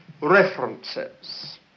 references